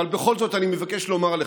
אבל בכל זאת אני מבקש לומר לך: